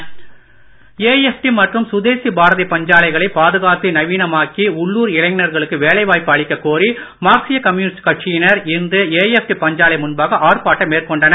AFT AFT மற்றும் சுதேசி பாரதி பஞ்சாலைகளை பாதுகாத்து நவீனமாக்கி உள்ளுர் இளைஞர்களுக்கு வேலை வாய்ப்பு அளிக்க கோரி மார்க்சிய கம்யூனிஸ்ட் கட்சியினர் இன்று ஏஎப்டி பஞ்சாலை முன்பாக ஆர்ப்பாட்டம் மேற்கொண்டனர்